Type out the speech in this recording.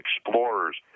explorers